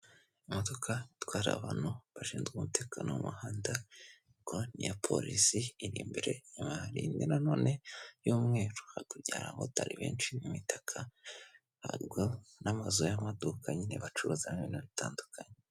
Imodoka itwara abantu bashinzwe umutekano wo mu muhanda, ubwo ni iya polisi iri imbere, inyuma hari indi nanone y'umweru, hakurya hari aba motari benshi, imitaka, n'amazu y'amaduka nyine bacuruzamo ibintu bitandukanye.